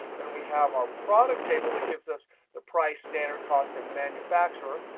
then we have our product table that gives us the price, standard cost, and manufacturer.